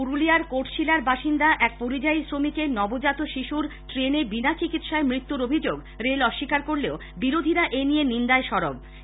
পুরুলিয়ার কোটশিলার বাসিন্দা এক পরিযায়ী শ্রমিকের নবজাত শিশুর ট্রেনে বিনা চিকিতসায় মৃত্যুর অভিযোগ রেল অস্বীকার করলেও বিরোধীরা এই নিয়ে নিন্দায় সরব হয়েছেন